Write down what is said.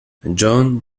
john